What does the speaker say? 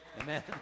Amen